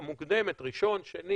מוקדמת ראשון, שני